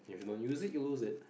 you don't use it you lose it